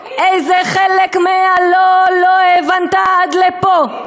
איזה חלק מה'לא' לא הבנת עד לפה?"